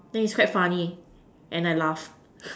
then he step funny and I laugh